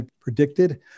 predicted